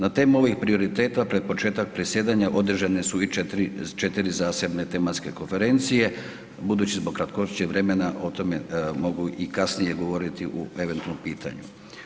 Na temu ovih prioriteta pred početak predsjedanja održane su i 4 zasebne tematske konferencije budući zbog kratkoće vremena o tome mogu i kasnije govoriti u eventualnom pitanju.